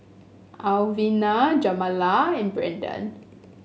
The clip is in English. Alvina Jamila and Brandon